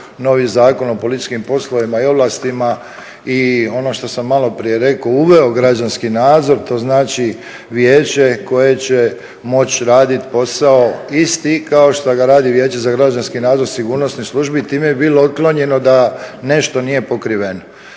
novi Zakon o policijskim poslovima i ovlastima i ono što sam malo prije rekao uveo građanski nadzor. To znači vijeće koje će moći raditi posao isti kao što ga radi Vijeće za građanski nadzor sigurnosnih službi. Time bi bilo otklonjeno da nešto nije pokriveno.